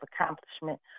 accomplishment